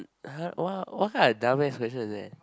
!huh! what what kind of dumbass question is that